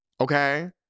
Okay